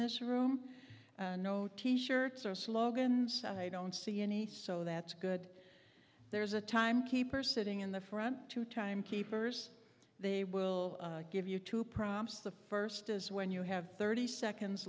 this room no t shirts or slogans i don't see any so that's good there's a time keeper sitting in the front two timekeepers they will give you two prompts the first is when you have thirty seconds